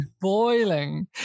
boiling